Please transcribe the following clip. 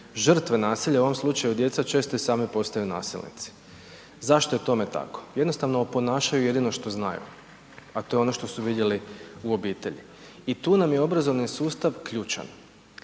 žrtve nasilja, u ovom slučaju djeca često i sami postaju nasilnici. Zašto je tome tako? Jednostavno oponašaju jedino što znaju, a to je ono što su vidjeli u obitelji i tu nam je obrazovni sustav ključan,